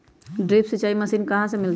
Drip सिंचाई machine कहाँ से मिलतै?